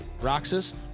Roxas